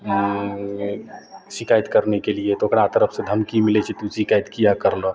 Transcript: हँ उँ शिकायत करने के लिए तो ओकरा तरफसे धमकी मिलै छै तोँ शिकायत किएक करलऽ